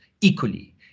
equally